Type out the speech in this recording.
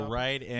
right